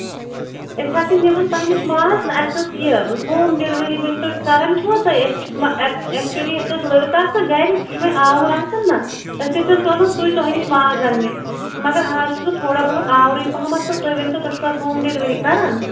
أسۍ حظ چھِ نِوان تۄہہِ نِش ماز نہ اَسہِ اوس یہِ ہوم ڈیٚلؤری ؤنتو کَران چھُوا تُہۍ أسۍ چھِ ایٚکچُؤلی اَسہِ اوس لٔڑکہٕ آسان گَرِ سُہ چھُ وۄنۍ آوُر آسان نہ أسۍ ٲسۍ سوزان سُے تۄہہِ نِش ماز اَننہِ مگر آز چھُ سُہ تھوڑا بہت آورٕے پَہمَتھ تہٕ تُہۍ ؤنتَو تُہۍ چھُو حظ ہوم ڈیٚلؤری کَران